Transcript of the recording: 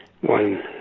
one